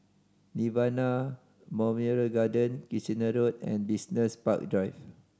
Nirvana Memorial Garden Kitchener Road and Business Park Drive